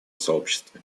сообществе